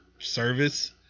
Service